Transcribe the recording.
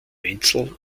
einzel